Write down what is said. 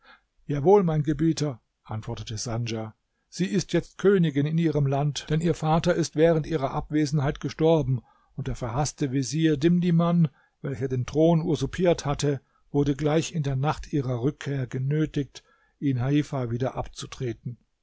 jawohl mein gebieter antwortete sandja sie ist jetzt königin in ihrem land denn ihr vater ist während ihrer abwesenheit gestorben und der verhaßte vezier dimdiman welcher den thron usurpiert hatte wurde gleich in der nacht ihrer rückkehr genötigt ihn heifa wieder abzutreten